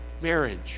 marriage